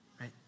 right